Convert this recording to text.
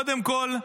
קודם כול,